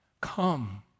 Come